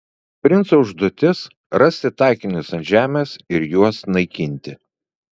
princo užduotis rasti taikinius ant žemės ir juos naikinti